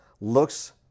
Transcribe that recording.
looks